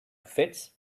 fits